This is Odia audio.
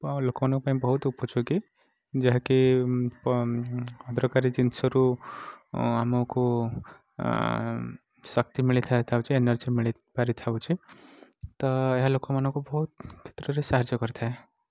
ଲୋକମାନଙ୍କ ପାଇଁ ବହୁତ ଉପଯୋଗୀ ଯାହାକି ଅଦରକାରୀ ଜିନିଷରୁ ଆମକୁ ଶକ୍ତି ମିଳିଥାଏ ତାହା ହେଉଛି ଏନର୍ଜୀ ମିଳିପାରିଥାଉଛି ତ ଏହା ଲୋକମାନଙ୍କୁ ବହୁତ କ୍ଷେତ୍ରରେ ସାହାଯ୍ୟ କରିଥାଏ